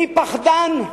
מי פחדן,